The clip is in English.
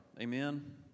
Amen